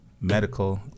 Medical